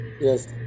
Yes